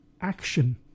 action